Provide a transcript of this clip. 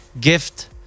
Gift